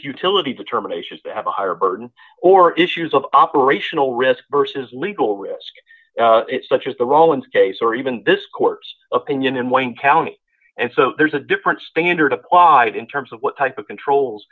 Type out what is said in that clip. futility determination of a higher burden or issues of operational risk versus legal risk such as the romans case or even this court's opinion in wayne county and so there's a different standard applied in terms of what type of controls